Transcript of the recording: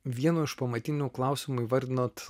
vienu iš pamatinių klausimų įvardinot